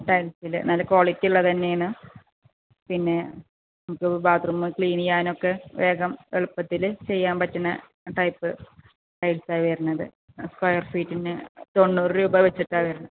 ടൈൽസിൽ നല്ല ക്വാളിറ്റി ഉള്ള തന്നെയാണ് പിന്നെ നമുക്ക് ബാത്രൂം ക്ലീൻ ചെയ്യാനുമൊക്കെ വേഗം എളുപ്പത്തിൽ ചെയ്യാൻ പറ്റുന്ന ടൈപ്പ് ടൈൽസാണ് വരുന്നത് സ്ക്വയർ ഫീറ്റിന് തൊണ്ണൂറ് രൂപ വെച്ചിട്ടാണ് വരുന്നത്